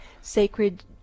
sacred